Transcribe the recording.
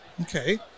okay